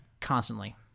constantly